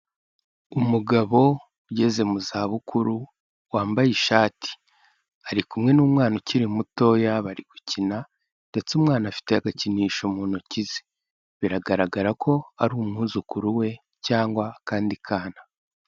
Umugabo ugeze mu zabukuru wambaye ishati, ari kumwe n'umwana ukiri mutoya bari ari gukina ndetse umwana afite agakinisho mu ntoki ze, biragaragara ko ari umwuzukuru we cyangwa akandi kana.